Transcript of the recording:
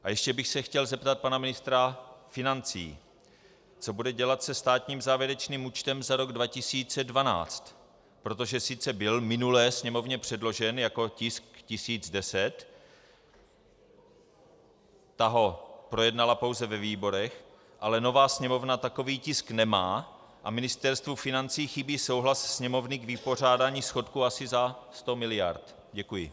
A ještě bych se chtěl zeptat pana ministra financí, co bude dělat se státním závěrečným účtem za rok 2012, protože sice byl minulé Sněmovně předložen jako tisk 1010, ta ho projednala pouze ve výborech, ale nová Sněmovna takový tisk nemá a Ministerstvu financí chybí souhlas Sněmovny k vypořádání schodku asi za 100 mld. Děkuji.